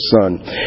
son